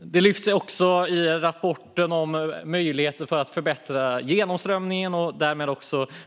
Rapporten lyfter också fram möjligheten att förbättra genomströmningen och därmed